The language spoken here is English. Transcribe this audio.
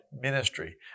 ministry